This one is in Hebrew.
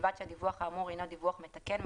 ובלבד שהדיווח האמור אינו דיווח מתקן,